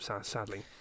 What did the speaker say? sadly